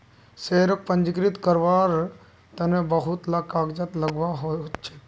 शेयरक पंजीकृत कारवार तन बहुत ला कागजात लगव्वा ह छेक